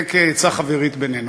זה כעצה חברית בינינו.